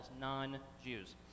non-Jews